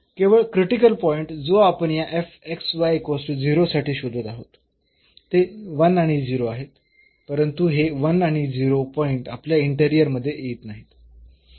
तर केवळ critical point जो आपण या साठी शोधत आहोत ते 1 आणि 0 आहेत परंतु हे 1 आणि 0 पॉईंट आपल्या इंटेरिअर मध्ये येत नाहीत